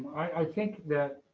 i think that